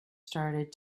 started